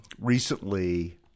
recently—